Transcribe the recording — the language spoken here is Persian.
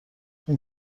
این